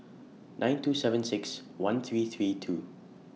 nine two seven six one three three two